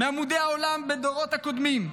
מעמודי העולם בדורות הקודמים,